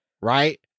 right